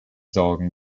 sorgen